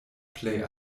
plej